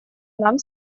нам